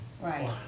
Right